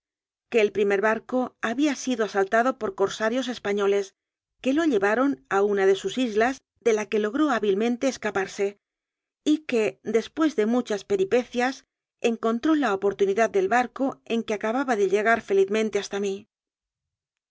que el primer bar co había sido asaltado por corsarios españoles que lo llevaron a una de sus islas de la que logró há bilmente escaparse y que después de muchas pe ripecias encontró la oportunidad del barco en que acababa de llegar felizmente hasta mí